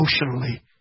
Emotionally